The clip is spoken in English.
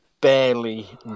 Barely